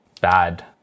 bad